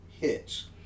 hits